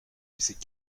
lycée